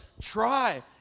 try